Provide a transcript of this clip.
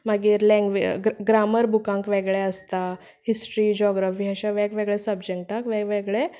मागीर लँग ग्रामर बुकांक वेगळे आसता हिस्ट्री जोगराफी अशे वेगवेगळ्या सबजेक्टांक वेगवेगळे